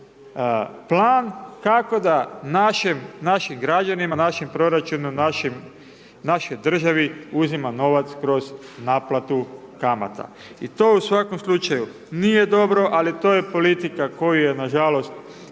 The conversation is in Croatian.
plan kako da našim građanima, našem proračunu, našoj državi uzima novac kroz naplatu kamata. I to u svakom slučaju nije dobro, ali to je politika, koju je nažalost